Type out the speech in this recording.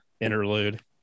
interlude